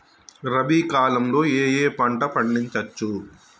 రబీ కాలంలో ఏ ఏ పంట పండించచ్చు?